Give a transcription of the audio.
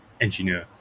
engineer